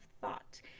thought